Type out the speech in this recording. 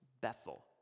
Bethel